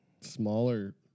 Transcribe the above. smaller